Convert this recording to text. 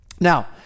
Now